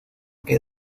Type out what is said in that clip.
que